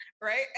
right